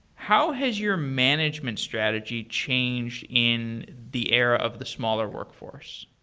how has your management strategy changed in the era of the smaller workforce?